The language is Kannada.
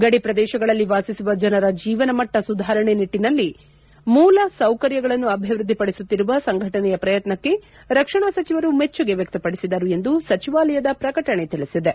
ಗಡಿ ಪ್ರದೇಶಗಳಲ್ಲಿ ವಾಸಿಸುವ ಜನರ ಜೀವನ ಮಟ್ಟ ಸುಧಾರಣೆ ನಿಟ್ಟನಲ್ಲಿ ಮೂಲ ಸೌಕರ್ಯಗಳನ್ನು ಅಭಿವೃದ್ಧಿಪಡಿಸುತ್ತಿರುವ ಸಂಘಟನೆಯ ಪ್ರಯತ್ನಕ್ಕೆ ರಕ್ಷಣಾ ಸಚಿವರು ಮೆಚ್ಚುಗೆ ವ್ಯಕ್ತಪಡಿಸಿದರು ಎಂದು ಸಚಿವಾಲಯದ ಪ್ರಕಟಣೆ ತಿಳಿಸಿದೆ